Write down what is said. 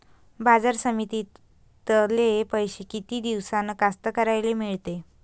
बाजार समितीतले पैशे किती दिवसानं कास्तकाराइले मिळते?